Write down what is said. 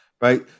right